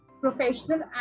professional